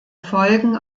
folgen